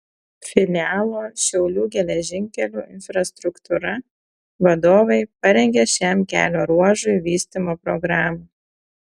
filialo šiaulių geležinkelių infrastruktūra vadovai parengė šiam kelio ruožui vystymo programą